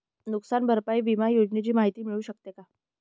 नुकसान भरपाई विमा योजनेची माहिती मिळू शकते का?